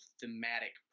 thematic